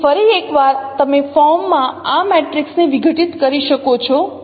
તેથી ફરી એકવાર તમે ફોર્મમાં આ મેટ્રિક્સને વિઘટિત કરી શકો છો